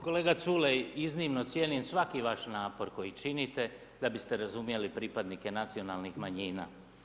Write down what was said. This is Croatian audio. Kolega Culej, iznimno cijenim svaki vaš napor koji činite da biste razumjeli pripadnike nacionalnih manjina.